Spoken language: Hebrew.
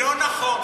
לא נכון.